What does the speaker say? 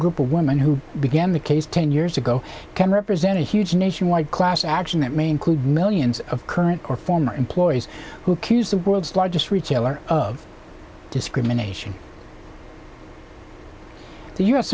group of women who began the case ten years ago can represent a huge nationwide class action that may include millions of current or former employees who cures the world's largest retailer of discrimination the u